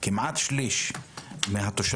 כמעט שליש מהתושבים,